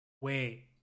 Wait